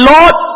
Lord